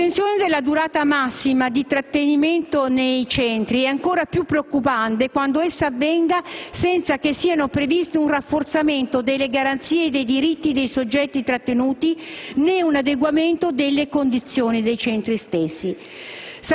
L'estensione della durata massima di trattenimento nei CIE è ancora più preoccupante quando essa avvenga senza che siano previsti un rafforzamento delle garanzie e dei diritti dei soggetti trattenuti, né un adeguamento delle condizioni dei CIE stessi.